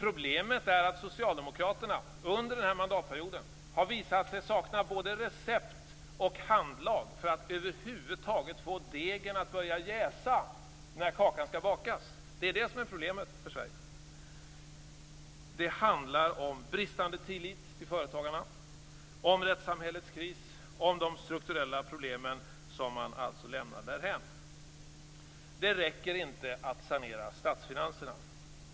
Problemet är att Socialdemokraterna under denna mandatperiod har visat sig sakna både recept och handlag för att över huvud taget få degen att börja jäsa när kakan skall bakas. Det är det som är problemet för Sverige. Det handlar om bristande tillit till företagarna, om rättssamhällets kris och om de strukturella problemen som man lämnar därhän. Det räcker inte att sanera statsfinanserna.